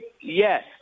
Yes